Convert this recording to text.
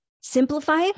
simplify